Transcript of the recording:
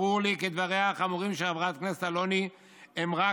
ברור לי כי דבריה החמורים של חברת הכנסת אלוני הם רק